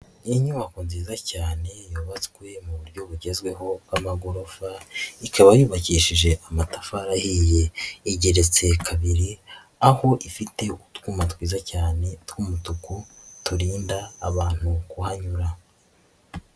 Inyubako nziza cyane yubatswe mu buryo bugezweho bw'amagorofa ikaba yubakishije amatafari ahiye, igeretse kabiri aho ifite utwuma twiza cyane tw'umutuku turinda abantu kuhanyura.